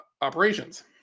operations